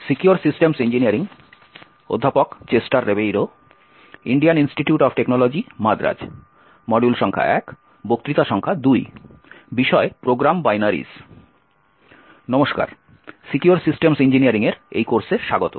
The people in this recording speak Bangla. নমস্কার সিকিওর সিস্টেমস ইঞ্জিনিয়ারিং এর এই কোর্সে স্বাগত